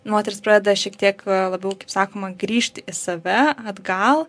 moteris pradeda šiek tiek labiau kaip sakoma grįžti į save atgal